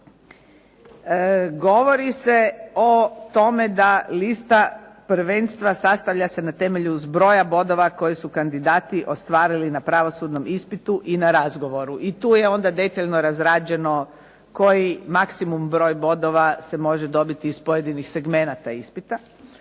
govori se o tome da lista prvenstva sastavlja se na temelju zbroja bodova koje su kandidati ostvarili na Pravosudnom ispitu i na razgovoru, i tu je detaljno obrađeno koji maksimum broj bodova se može dobiti iz pojedinih segmenata ispita,